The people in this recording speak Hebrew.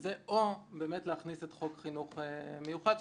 באמת להכניס את חוק חינוך מיוחד.